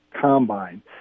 combine